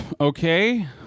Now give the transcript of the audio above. okay